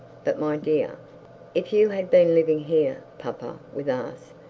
but, my dear if you had been living here, papa, with us,